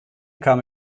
kam